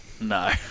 No